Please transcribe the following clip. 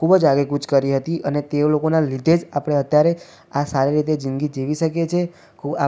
ખૂબ જ આગેકૂચ કરી હતી અને તેઓ લોકોનાં લીધે જ આપણે અત્યારે આ સારી રીતે જિંદગી જીવી શકીએ છે